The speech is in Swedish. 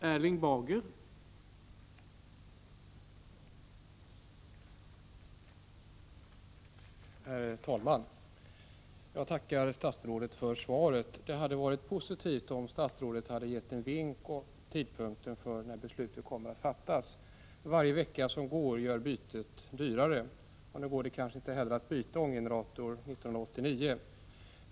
Herr talman! Jag tackar statsrådet för svaret. Det hade varit positivt om statsrådet hade gett en vink om tidpunkten för när beslutet kommer att fattas. Varje vecka som går gör bytet dyrare, och nu går det kanske inte heller att byta ånggeneratorer 1989.